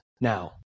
now